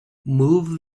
move